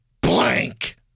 blank